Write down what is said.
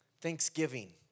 Thanksgiving